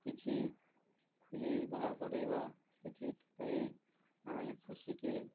କିଛି ଖୁଜି ବାହାର କରେଇବା ସେଥିରଲାଗି ଆମେ କୃଷିକେ